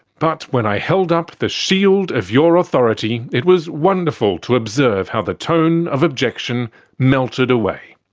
but when i held up the shield of your authority it was wonderful to observe how the tone of objection melted away.